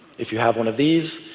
if you have one of these,